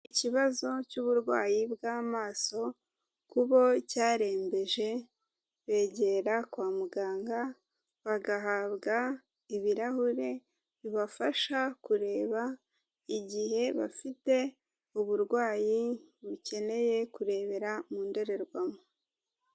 Ikibazo cy'uburwayi bw'amaso ku bo cyarembeje begera kwa muganga, bagahabwa ibirahure bibafasha kureba igihe bafite uburwayi bukeneye kurebera mu ndorerwamo.